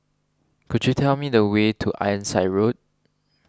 could you tell me the way to Ironside Road